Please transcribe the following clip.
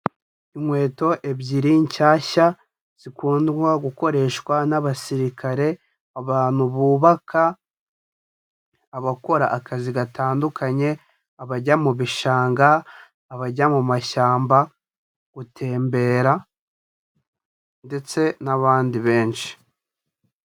Inkweto ebyiri nshyashya zikundwa gukoreshwa n'abasirikare, abantu bubaka, abakora akazi gatandukanye, abajya mu bishanga, abajya mu mashyamba, gutembera ndetse n'abandi benshi.